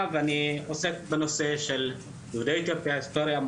ואני עוסק בנושא של יהודי אתיופיה היסטוריה,